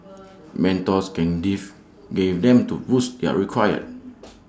mentors can live give them to boost they are require